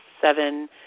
seven